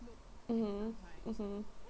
mmhmm mmhmm